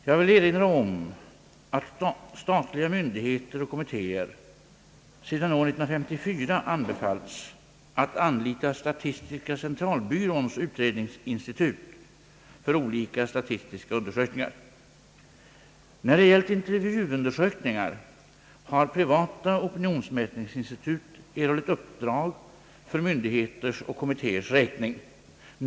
Jag vill erinra om att statliga myndigheter och kommittéer sedan år 1954 anbefallts att anlita statistiska centralbyråns utredningsinstitut för olika statistiska undersökningar. När det gällt intervjuundersökningar har privata opinionsmätningsinstitut erhållit uppdrag för myndigheters och kommittéers räkning.